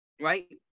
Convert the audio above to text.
right